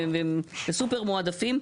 וסופר מועדפים,